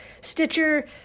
Stitcher